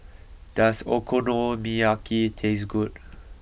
does Okonomiyaki taste good